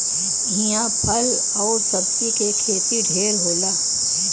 इहां फल आउर सब्जी के खेती ढेर होला